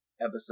episode